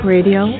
Radio